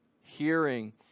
hearing